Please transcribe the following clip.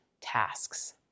tasks